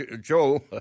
Joe